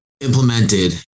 implemented